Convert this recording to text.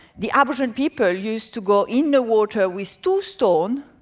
the aboriginal people used to go in the water with two stones,